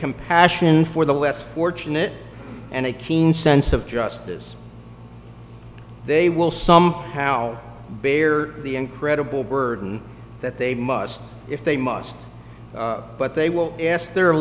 compassion for the less fortunate and a keen sense of justice they will some how bear the incredible burden that they must if they must but they will ask their